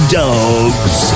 dogs